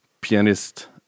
pianist